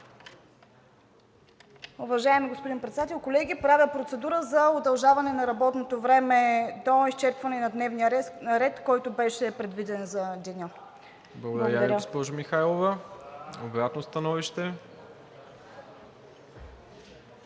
Уважаеми господин Председател, колеги! Правя процедура за удължаване на работното време до изчерпване на дневния ред, който беше предвиден за деня. Благодаря. ПРЕДСЕДАТЕЛ МИРОСЛАВ ИВАНОВ: Благодаря Ви, госпожо Михайлова. Обратно становище?